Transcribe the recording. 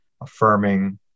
affirming